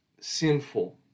sinful